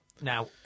Now